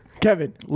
Kevin